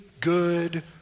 good